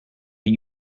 but